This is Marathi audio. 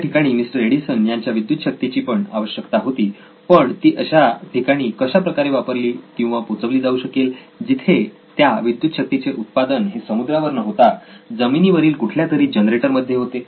त्या ठिकाणी मिस्टर एडिसन यांच्या विद्युत शक्ती ची पण आवश्यकता होती पण ती अशा ठिकाणी कशा प्रकारे वापरली किंवा पोचवली जाऊ शकेल जिथे त्या विद्युत शक्ती चे उत्पादन हे समुद्रावर न होता जमिनी वरील कुठल्यातरी जनरेटर मध्ये होते